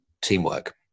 teamwork